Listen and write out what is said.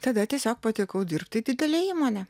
kada tiesiog patekau dirbti į didelę įmonę